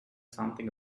something